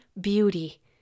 beauty